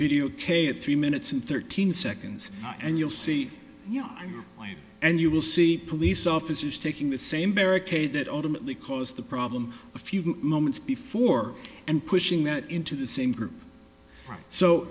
video kate three minutes and thirteen seconds and you'll see you and your wife and you will see police officers taking the same barricade that ultimately caused the problem a few moments before and pushing that into the same group right so